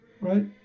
right